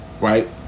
Right